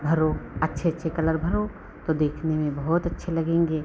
भरो अच्छे अच्छे कलर भरो तो देखने में बहुत अच्छे लगेंगे